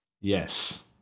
Yes